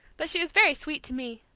but she was very sweet to me.